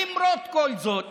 למרות כל זאת